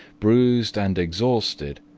bruised and exhausted,